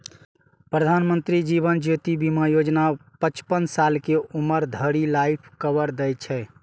प्रधानमंत्री जीवन ज्योति बीमा योजना पचपन साल के उम्र धरि लाइफ कवर दै छै